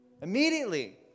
Immediately